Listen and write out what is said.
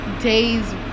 days